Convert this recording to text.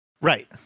right